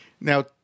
Now